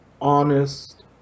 honest